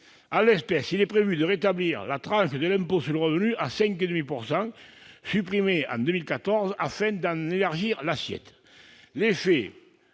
En l'espèce, il est prévu de rétablir la tranche de l'impôt sur le revenu à 5,5 %, supprimée en 2014, afin d'élargir l'assiette. En